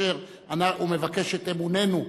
כאשר הוא מבקש את אמוננו,